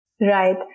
Right